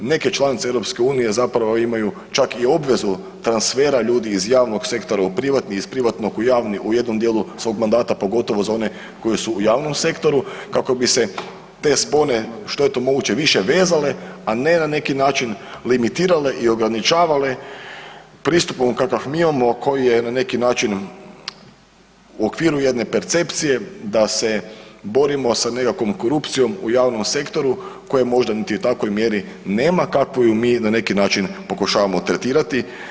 Neka članice EU zapravo imaju čak i obvezu transfera ljudi iz javnog sektora u privatni, iz privatnog u javni u jednom dijelu svog mandata, pogotovo za one koji su u javnom sektoru kako bi se te spone što je to moguće više vezale, a ne na neki način limitirale i ograničavale pristupom kakav mi imamo koji je na neki način u okviru jedne percepcije da se borimo sa nekakvom korupcijom u javnom sektoru koje možda niti u takvoj mjeri nema kakvu ju mi na neki način pokušavamo tretirati.